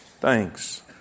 thanks